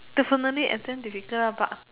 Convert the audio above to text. definitely exam difficult lah but